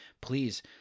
please